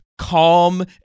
calm